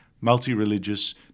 multi-religious